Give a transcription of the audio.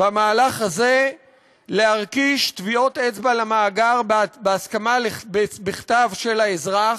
במהלך הזה להרכיש טביעות אצבע למאגר בהסכמה בכתב של האזרח.